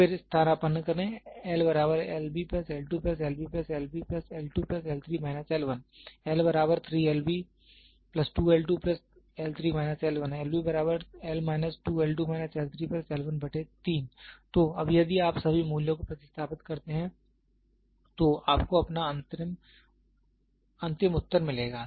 फिर स्थानापन्न करें तो अब यदि आप सभी मूल्यों को प्रति स्थापित करते हैं तो आपको अपना अंतिम उत्तर मिलेगा